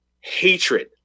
hatred